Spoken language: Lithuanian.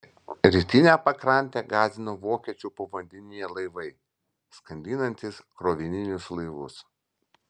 rytinę pakrantę gąsdino vokiečių povandeniniai laivai skandinantys krovininius laivus